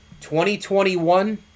2021